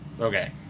Okay